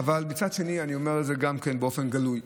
מצד שני, אני אומר את זה גם באופן גלוי,